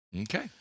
Okay